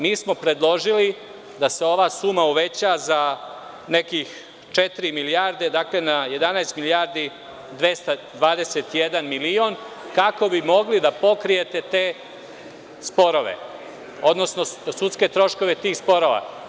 Mi smo predložili da se ova suma uveća za nekih četiri milijarde, dakle na 11.221 milion kako bi mogli da pokrijete te sporove, odnosno sudske troškove tih sporova.